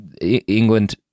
England